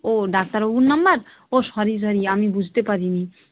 ও ডাক্তারবাবুর নম্বর ও সরি সরি আমি বুঝতে পারি নি